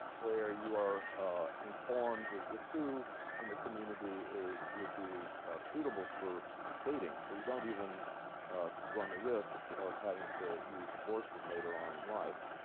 where you are informed as to who in the community would be suitable for dating. so you don't even run the risk of having to use abortion later on in life